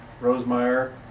Rosemeyer